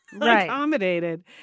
accommodated